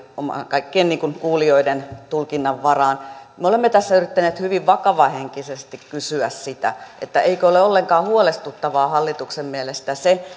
kaikkien kuulijoiden tulkinnan varaan me olemme tässä yrittäneet hyvin vakavahenkisesti kysyä sitä eikö ole ollenkaan huolestuttavaa hallituksen mielestä se